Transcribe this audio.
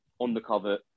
undercover